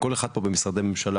כל אחד פה במשרדי ממשלה,